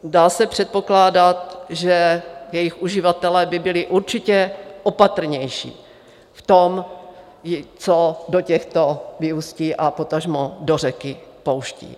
Dá se předpokládat, že jejich uživatelé by byli určitě opatrnější v tom, co do těchto vyústí a potažmo do řeky pouštějí.